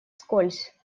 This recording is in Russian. вскользь